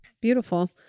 Beautiful